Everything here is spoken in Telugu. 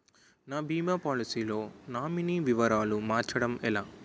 నా భీమా పోలసీ లో నామినీ వివరాలు మార్చటం ఎలా?